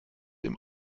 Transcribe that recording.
dem